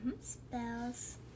spells